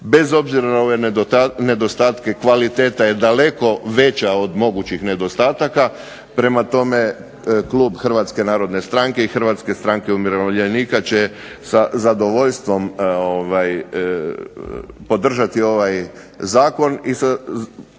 Bez obzira na ove nedostatke kvaliteta je daleko veća od mogućih nedostataka, prema tome klub Hrvatske narodne stranke i Hrvatske stranke umirovljenika će sa zadovoljstvom podržati ovaj zakon.